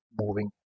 moving